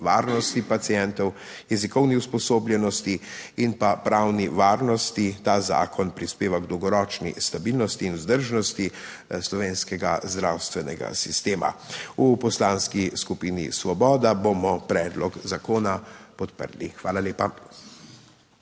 varnosti pacientov, jezikovni usposobljenosti in pa pravni varnosti ta zakon prispeva k dolgoročni stabilnosti in vzdržnosti slovenskega zdravstvenega sistema. V Poslanski skupini Svoboda bomo predlog zakona podprli. Hvala lepa.